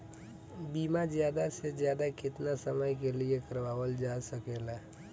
बीमा ज्यादा से ज्यादा केतना समय के लिए करवायल जा सकेला?